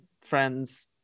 friends